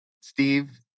Steve